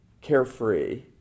carefree